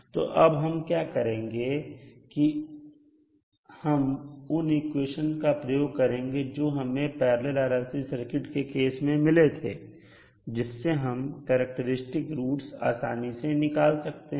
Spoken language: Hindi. तो अब हम क्या करेंगे कि हम उन इक्वेशन का प्रयोग करेंगे जो हमें पैरलल RLC सर्किट के केस में मिले थे जिससे हम करैक्टेरिस्टिक रूट्स आसानी से निकाल सकते हैं